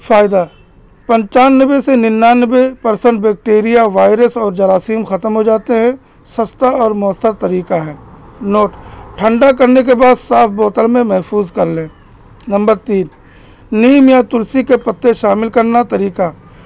فائدہ پنچانوے سے ننانوے پرسینٹ بیکٹیریا وائرس اور جراثیم ختم ہو جاتے ہیں سستا اور مؤثر طریقہ ہے نوٹ ٹھنڈا کرنے کے بعد صاف بوتل میں محفوظ کر لیں نمبر تین نیم یا تلسی کے پتے شامل کرنا طریقہ